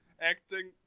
acting